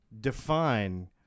define